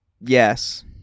Yes